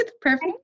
perfect